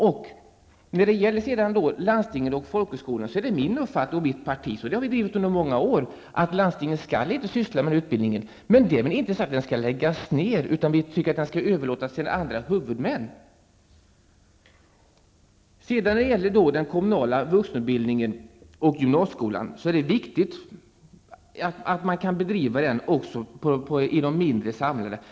Det är min uppfattning, och mitt partis, att landstinget inte skall syssla med utbildningen på folkhögskolor. Det har vi drivit under många år. Därmed är det inte sagt att den utbildningen skall läggas ned. Vi tycker att den skall överlåtas till andra huvudmän. Det är viktigt att man kan bedriva kommunal vuxenutbildning på gymnasienivå i de mindre samhällena.